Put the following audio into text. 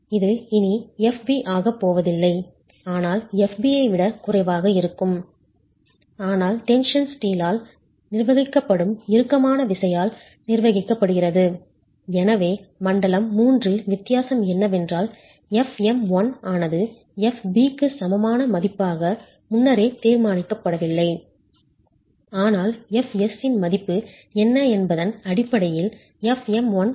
இது இனி Fb ஆகப் போவதில்லை ஆனால் Fb ஐ விடக் குறைவாக இருக்கும் ஆனால் டென்ஷன் ஸ்டீலால் நிர்வகிக்கப்படும் இறுக்கமான விசையால் நிர்வகிக்கப்படுகிறது எனவே மண்டலம் 3 இல் வித்தியாசம் என்னவென்றால் fm1 ஆனது Fb க்கு சமமான மதிப்பாக முன்னரே தீர்மானிக்கப்படவில்லை ஆனால் Fs இன் மதிப்பு என்ன என்பதன் அடிப்படையில் fm1 மதிப்பிடப்படுகிறது